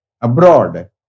abroad